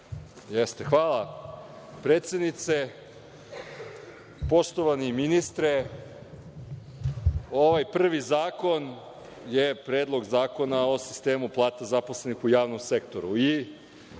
Hvala, predsednice. Poštovani ministre, ovaj prvi zakon je Predlog zakona o sistemu plata zaposlenih u javnom sektoru